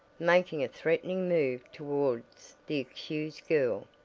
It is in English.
making a threatening move towards the accused girl.